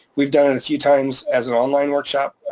we've done it a few times as an online workshop,